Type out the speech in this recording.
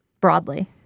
broadly